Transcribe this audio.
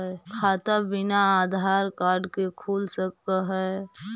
खाता बिना आधार कार्ड के खुल सक है?